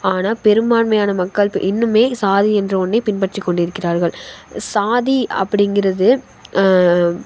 ஆனால் பெரும்பான்மையான மக்கள் ப இன்னுமே சாதி என்ற ஒன்றை பின்பற்றிக்கொண்டு இருக்கிறார்கள் சாதி அப்படிங்கிறது